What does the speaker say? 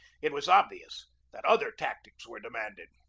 it was obvious that other tactics were demanded.